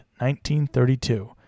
1932